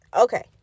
Okay